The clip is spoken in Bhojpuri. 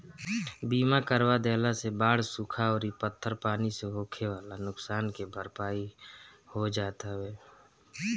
बीमा करवा देहला से बाढ़ सुखा अउरी पत्थर पानी से होखेवाला नुकसान के भरपाई हो जात हवे